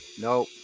No